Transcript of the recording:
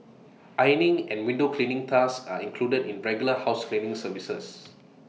ironing and window cleaning tasks are included in regular house cleaning services